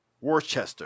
Worcester